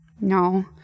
No